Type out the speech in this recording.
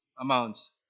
amounts